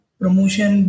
promotion